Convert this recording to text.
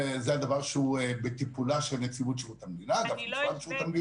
זה דבר שהוא בטיפולה של נציבות שירות המדינה.